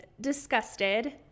disgusted